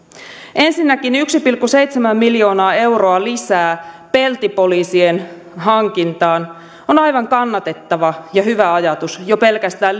ensinnäkin yksi pilkku seitsemän miljoonaa euroa lisää peltipoliisien hankintaan on aivan kannatettava ja hyvä ajatus jo pelkästään